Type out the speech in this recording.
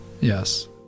yes